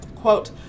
Quote